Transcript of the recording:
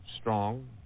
strong